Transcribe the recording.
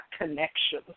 connection